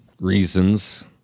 reasons